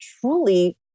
truly